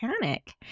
panic